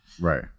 Right